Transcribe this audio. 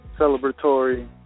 Celebratory